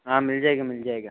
हाँ मिल जाएगा मिल जाएगा